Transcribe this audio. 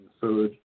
food